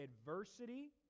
adversity